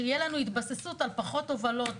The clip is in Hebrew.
שתהיה לנו התבססות על פחות הובלות,